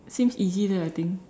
seems easy leh I think